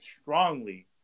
strongly